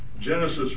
Genesis